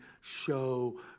show